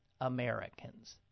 Americans